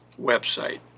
website